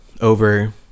over